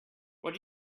what